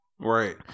right